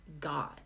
God